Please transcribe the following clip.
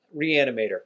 Reanimator